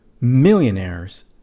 millionaires